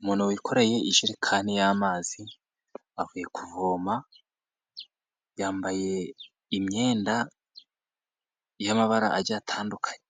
Umuntu wikoreye ijerekani y'amazi avuye kuvoma yambaye imyenda y'amabara agiye atandukanye,